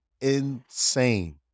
insane